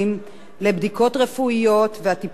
לבדיקות הרפואיות והטיפול הנפשי,